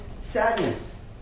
sadness